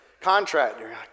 contractor